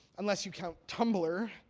unless you count tumblr,